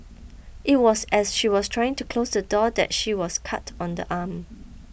it was as she was trying to close the door that she was cut on the arm